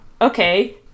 okay